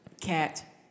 Cat